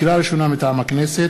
לקריאה ראשונה, מטעם הכנסת: